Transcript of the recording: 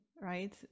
right